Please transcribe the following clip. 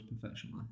professionally